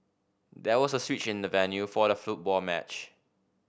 there was a switch in the venue for the football match